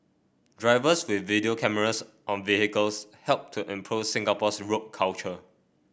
drivers with video cameras on vehicles help to improve Singapore's road culture